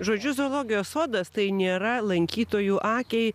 žodžiu zoologijos sodas tai nėra lankytojų akiai